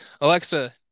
Alexa